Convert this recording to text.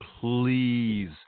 Please